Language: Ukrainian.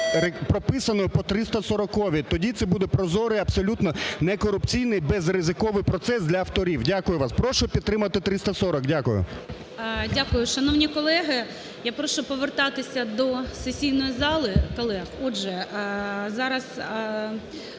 прописаної по 340-й. Тоді це буде прозорий і абсолютно некорупційний, безризиковий процес для авторів. Дякую вам. Прошу підтримати 340-у. Дякую. ГОЛОВУЮЧИЙ. Дякую. Шановні колеги, я прошу повертатися до сесійної зали, колег. Отже, зараз,